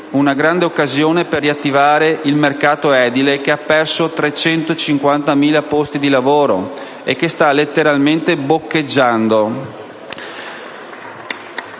una grande occasione per riattivare il mercato edile, che ha perso 350.000 posti di lavoro e che sta letteralmente boccheggiando.